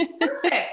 perfect